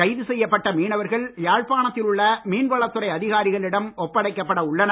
கைது செய்யப்பட்ட மீனவர்கள் யாழ்ப்பாணத்தில் உள்ள மீன்வளத் துறை அதிகாரிகளிடம் ஒப்படைக்கப்பட உள்ளனர்